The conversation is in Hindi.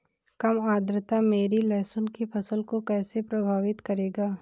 कम आर्द्रता मेरी लहसुन की फसल को कैसे प्रभावित करेगा?